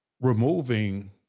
removing